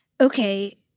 okay